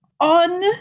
on